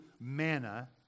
manna